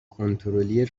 کنترلی